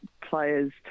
players